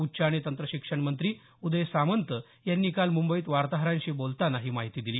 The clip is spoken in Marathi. उच्च आणि तंत्रशिक्षण मंत्री उदय सामंत यांनी काल मुंबईत वार्ताहरांशी बोलताना ही माहिती दिली